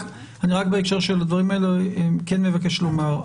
בהקשר שלה הדברים האלה אני כן מבקש לומר,